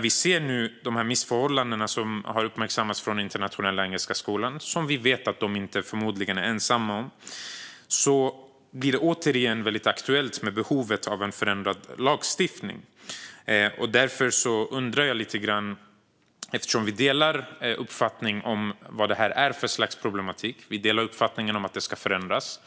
Vi ser nu de missförhållanden i Internationella Engelska Skolan som har uppmärksammats och som vi vet att den förmodligen inte är ensam om. Det blir återigen väldigt aktuellt med en förändrad lagstiftning. Vi delar uppfattning om vad det är för slags problematik, och vi delar uppfattningen att det ska förändras.